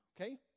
okay